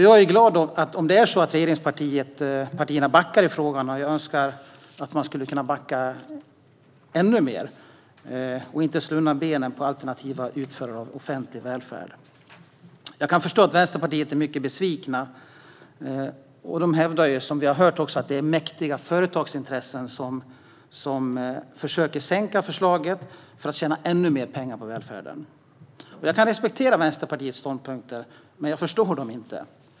Jag blir glad om regeringspartierna backar i frågan, och jag önskar att man kunde backa ännu mer och inte slå undan benen på alternativa utförare av offentlig välfärd. Jag förstår att Vänsterpartiet är besviket. Man hävdar att det är mäktiga företagsintressen som försöker sänka förslaget för att tjäna ännu mer pengar på välfärden. Jag kan respektera Vänsterpartiets ståndpunkter, men jag förstår dem inte.